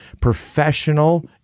Professional